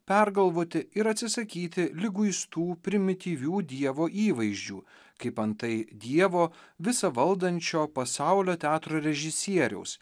pergalvoti ir atsisakyti liguistų primityvių dievo įvaizdžių kaip antai dievo visa valdančio pasaulio teatro režisieriaus